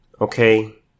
Okay